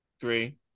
three